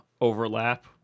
overlap